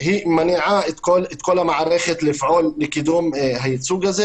היא מניעה את כל המערכת לפעול לקידום הייצוג הזה.